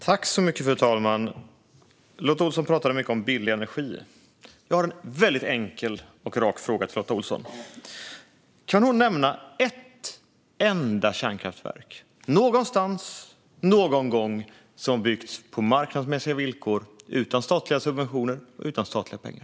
Fru talman! Lotta Olsson talade mycket om billig energi. Jag har en väldigt enkel och rak fråga till Lotta Olsson: Kan hon nämna ett enda kärnkraftverk, någonstans, någon gång, som byggts på marknadsmässiga villkor, utan statliga subventioner och utan statliga pengar?